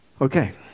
okay